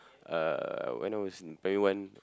uh when I was in primary one